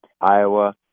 Iowa